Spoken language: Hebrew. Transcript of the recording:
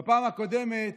בפעם הקודמת